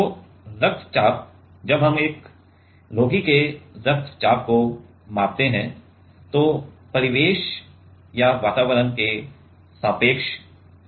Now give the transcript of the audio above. तो रक्तचाप जब हम एक रोगी के रक्तचाप को मापते हैं जो परिवेश या वातावरण के सापेक्ष होता है